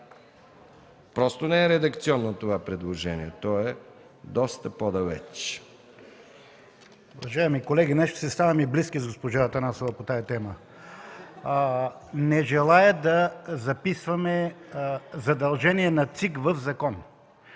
Просто не е редакционно това предложение, то е доста по-далече.